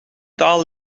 taal